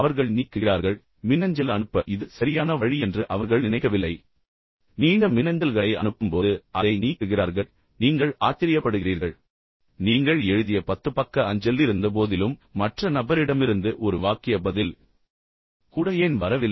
அவர்கள் வெறுமனே நீக்குகிறார்கள் மின்னஞ்சல் அனுப்ப இது சரியான வழி என்று அவர்கள் நினைக்கவில்லை அவர்கள் அதைப் பொருட்படுத்துவதில்லை நீங்கள் நீண்ட மின்னஞ்சல்களை அனுப்பும்போது அவர்கள் அதை நீக்குகிறார்கள் நீங்கள் ஆச்சரியப்படுகிறீர்கள் நீங்கள் எழுதிய பத்து பக்க அஞ்சல் இருந்தபோதிலும் மற்ற நபரிடமிருந்து ஒரு வாக்கிய பதில் கூட ஏன் வரவில்லை